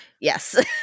Yes